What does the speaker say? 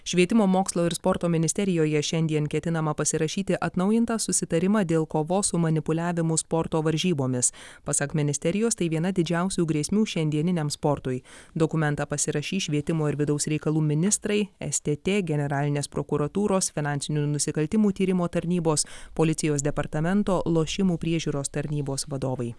švietimo mokslo ir sporto ministerijoje šiandien ketinama pasirašyti atnaujintą susitarimą dėl kovos su manipuliavimu sporto varžybomis pasak ministerijos tai viena didžiausių grėsmių šiandieniniam sportui dokumentą pasirašys švietimo ir vidaus reikalų ministrai stt generalinės prokuratūros finansinių nusikaltimų tyrimų tarnybos policijos departamento lošimų priežiūros tarnybos vadovai